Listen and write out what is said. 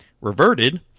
reverted